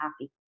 happy